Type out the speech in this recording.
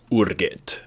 urget